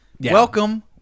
welcome